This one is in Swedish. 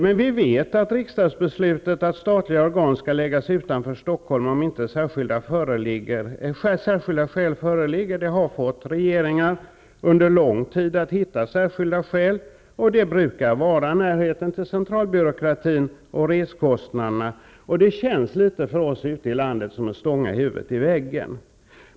Men vi vet att riksdagsbeslutet att statliga organ skall förläggas utanför Stockholm, om inte särskilda skäl föreligger, har fått regeringar under en lång tid att hitta särskilda skäl. Det brukar vara närheten till centralbyråkrati och reskostnaderna. Det känns för oss ute i landet litet som att stånga huvudet i väggen.